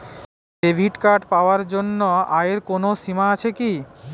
Debit card পাওয়ার জন্য আয়ের কোনো সীমা আছে কি?